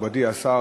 מכובדי השר,